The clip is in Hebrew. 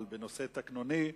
אבל בנושא תקנוני,